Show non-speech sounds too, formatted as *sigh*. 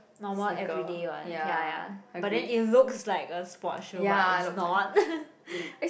normal everyday one ya ya but then it looks like a sport shoe but is not *laughs*